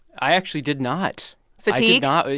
i actually did not fatigue? ah i